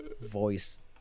voice